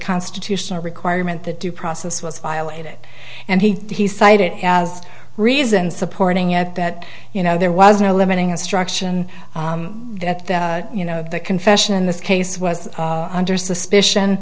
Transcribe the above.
constitutional requirement that due process was violated and he cited as reason supporting it that you know there was no limiting instruction that the you know the confession in this case was under suspicion